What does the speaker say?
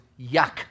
yuck